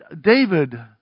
David